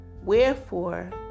Wherefore